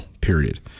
period